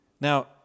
Now